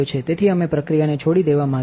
તેથી અમે પ્રક્રિયાને છોડી દેવા માંગીએ છીએ